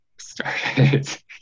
started